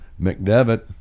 mcdevitt